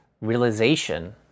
realization